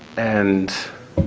and